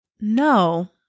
no